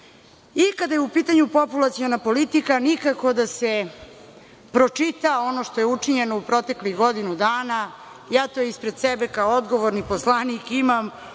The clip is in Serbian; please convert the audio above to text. I kada je u pitanju populaciona politika, nikako da se pročita ono što je učinjeno u proteklih godinu dana. Ja to ispred sebe kao odgovorni poslanik imam.